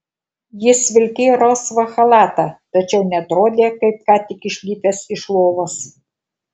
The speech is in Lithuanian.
jis vilkėjo rausvą chalatą tačiau neatrodė kaip ką tik išlipęs iš lovos